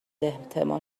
احتمال